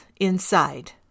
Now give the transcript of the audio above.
inside